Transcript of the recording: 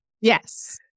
Yes